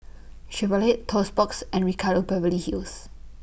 Chevrolet Toast Box and Ricardo Beverly Hills